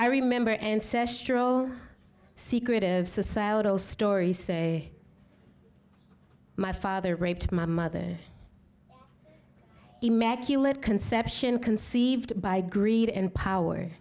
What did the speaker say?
i remember ancestral secretive societal stories say my father raped my mother immaculate conception conceived by greed and power